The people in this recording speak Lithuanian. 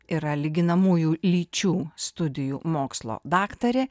yra lyginamųjų lyčių studijų mokslo daktarė